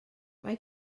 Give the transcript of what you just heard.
mae